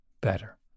better